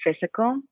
physical